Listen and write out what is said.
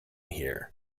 here